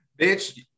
bitch